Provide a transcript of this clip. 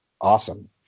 awesome